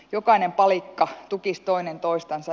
jokainen palikka tukisi toinen toistansa